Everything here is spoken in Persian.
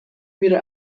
میره